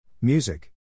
Music